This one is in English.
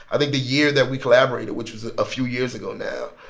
i think the year that we collaborated, which was a few years ago now,